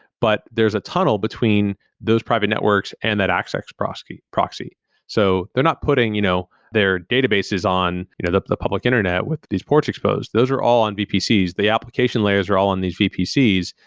but there is a tunnel between those private networks and that access proxy. so they're not putting you know their databases on you know the the public internet with these proxy exposed. those are all on vpcs. the application layers are all on these vpcs.